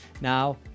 Now